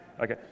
okay